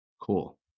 Cool